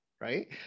right